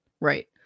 Right